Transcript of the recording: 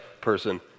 person